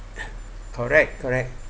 correct correct